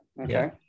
okay